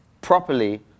properly